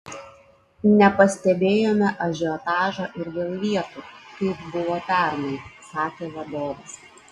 nepastebėjome ažiotažo ir dėl vietų kaip buvo pernai sakė vadovas